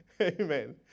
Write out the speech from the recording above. Amen